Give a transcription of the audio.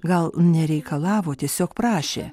gal nereikalavo tiesiog prašė